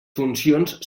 funcions